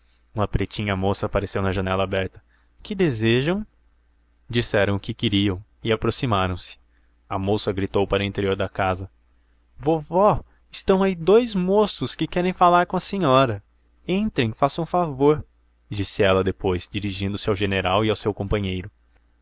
uma pretinha moça apareceu na janela aberta que desejam disseram o que queriam e aproximaram-se a moça gritou para o interior da casa vovó estão aí dous moços que querem falar com a senhora entrem façam o favor disse ela depois dirigindo-se ao general e ao seu companheiro